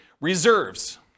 reserves